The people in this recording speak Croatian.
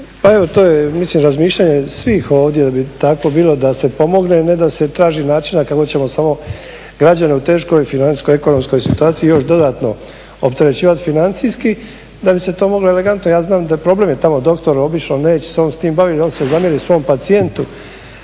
Pa evo to je mislim razmišljanje svih ovdje da bi tako bilo da se pomogne, a ne da se traži načina kako ćemo samo građane u teškoj financijskoj ekonomskoj situaciji još dodatno opterećivati financijski, da bi se to moglo elegantno. Ja znam da je problem tamo, doktor je obišao, neće se on s tim baviti da on se zamjeri svom pacijentu